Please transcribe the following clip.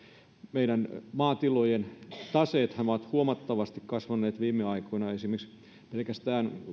meidän maatilojen taseethan ovat huomattavasti kasvaneet viime aikoina esimerkiksi pelkästään